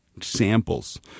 samples